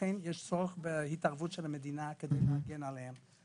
ולכן יש צורך בהתערבות של המדינה כדי להגן עליהן,